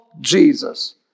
Jesus